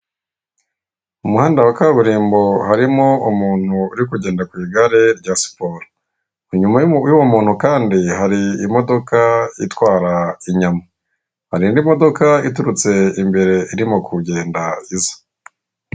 Umuhanda wa kaburimbo harimo umuntu uri kugenda ku igare rya siporo, inyuma y'uwo muntu kandi hari imodoka itwara inyama, hari indi modoka iturutse imbere irimo kugenda iza.